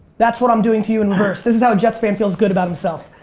that's what i'm doing to you in reverse. this is how a jets fan feels good about himself.